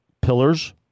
pillars